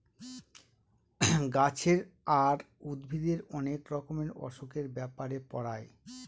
গাছের আর উদ্ভিদের অনেক রকমের অসুখের ব্যাপারে পড়ায়